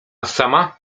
sama